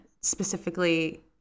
specifically